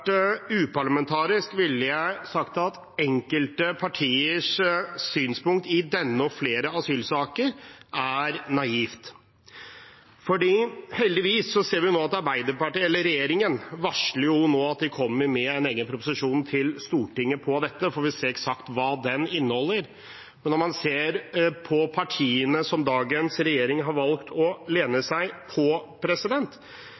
uparlamentarisk, ville jeg sagt at enkelte partiers synspunkt i denne og flere asylsaker er naive. Heldigvis ser vi nå at regjeringen varsler at de kommer med en egen proposisjon til Stortinget med dette. Vi får se eksakt hva den inneholder, men når man ser på partiene som dagens regjering har valgt å lene